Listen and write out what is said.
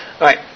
Right